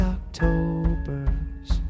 October's